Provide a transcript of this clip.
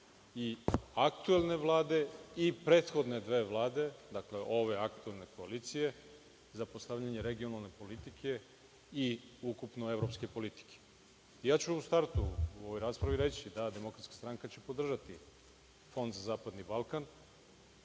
i aktuelne Vlade i prethodne dve vlade, dakle, ove aktuelne koalicije, za postavljanje regionalne politike i ukupno evropske politike. Ja ću u startu u ovoj raspravi reći da će Demokratska stranka podržati Fond za zapadni Balkan,